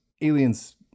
aliens